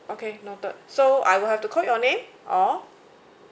okay noted so I would have to call your name or